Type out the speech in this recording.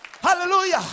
Hallelujah